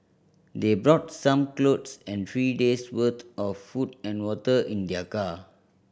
they brought some clothes and three days' worth of food and water in their car